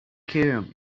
cairum